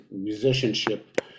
musicianship